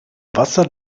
wasser